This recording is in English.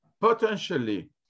potentially